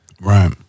Right